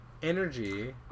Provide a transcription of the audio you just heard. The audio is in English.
energy